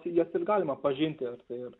jas ir galima pažinti ir